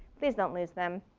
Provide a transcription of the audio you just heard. please don't lose them.